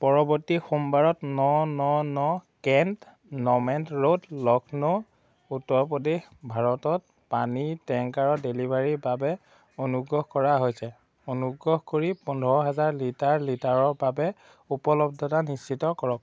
পৰৱৰ্তী সোমবাৰত ন ন ন কেণ্ট'নমেণ্ট ৰোড লক্ষ্ণৌ উত্তৰ প্ৰদেশ ভাৰতত পানীৰ টেংকাৰৰ ডেলিভাৰীৰ বাবে অনুৰোধ কৰা হৈছে অনুগ্ৰহ কৰি পোন্ধৰ হাজাৰ লিটাৰ লিটাৰৰ বাবে উপলব্ধতা নিশ্চিত কৰক